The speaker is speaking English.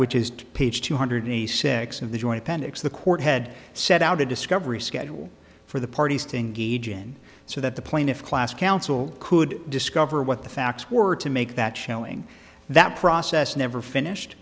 which is to page two hundred eighty six of the joint appendix the court had set out a discovery schedule for the parties to engage in so that the plaintiff class council could discover what the facts were to make that showing that process never finished